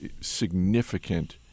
significant